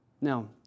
Now